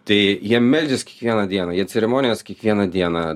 tai jie meldžias kiekvieną dieną jie ceremonijas kiekvieną dieną